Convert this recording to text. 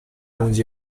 东京